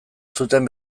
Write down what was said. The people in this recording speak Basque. zuten